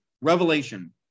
revelation